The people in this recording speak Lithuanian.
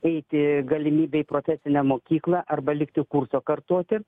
eiti galimybę į profesinę mokyklą arba likti kurso kartoti